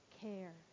care